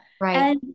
Right